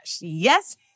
Yes